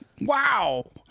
wow